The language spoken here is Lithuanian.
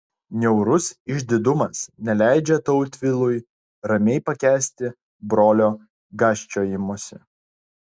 niaurus išdidumas neleidžia tautvilui ramiai pakęsti brolio gąsčiojimosi